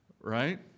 right